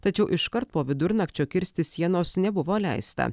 tačiau iškart po vidurnakčio kirsti sienos nebuvo leista